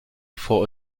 for